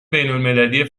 بینالمللی